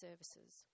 services